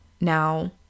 Now